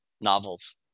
novels